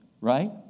right